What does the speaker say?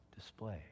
display